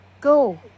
Go